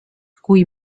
kui